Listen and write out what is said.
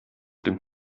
dem